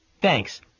Thanks